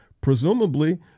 Presumably